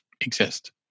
exist